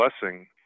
blessing